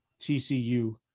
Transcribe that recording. TCU